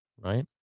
right